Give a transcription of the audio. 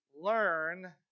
learn